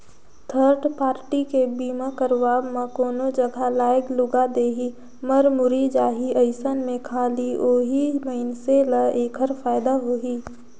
third party के बीमा करवाब म कोनो जघा लागय लूगा देही, मर मुर्री जाही अइसन में खाली ओही मइनसे ल ऐखर फायदा होही